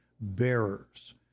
bearers